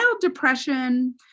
depression